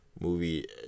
movie